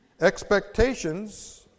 Expectations